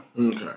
Okay